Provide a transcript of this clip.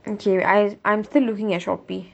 mm K I I'm still looking at Shopee